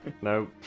no